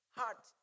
heart